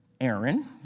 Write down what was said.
Aaron